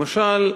למשל,